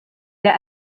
der